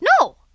No